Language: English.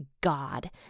God